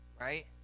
right